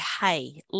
hey